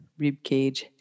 ribcage